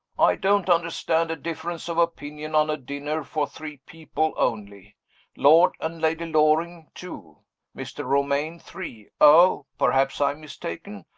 i don't understand a difference of opinion on a dinner for three people only lord and lady loring, two mr. romayne, three oh! perhaps i am mistaken?